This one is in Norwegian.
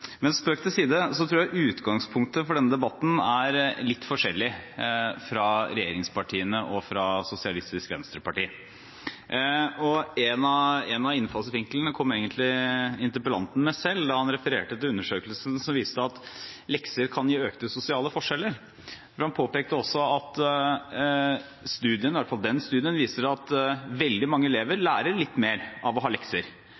Men spøk til side: Jeg tror utgangspunktet for denne debatten er litt forskjellig for regjeringspartiene og for SV. En av innfallsvinklene kom egentlig interpellanten med selv da han refererte til undersøkelsen som viste at lekser kan gi økte sosiale forskjeller, men han påpekte også at den studien viste at veldig mange elever lærer litt mer av å ha lekser.